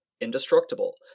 indestructible